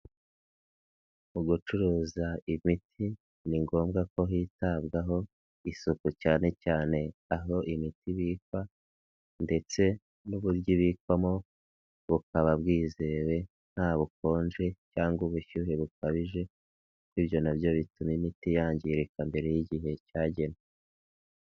Mu gucuruza imiti ni ngombwa ko hitabwaho isuku cyane cyane aho imiti ibikwa ndetse n'uburyo ibikwamo bukaba bwizewe nta bukonje cyangwa ubushyuhe bukabijebyo kuko ibyo na byo bituma imiti yangirika mbere y'igihe cyagenwe.